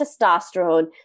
testosterone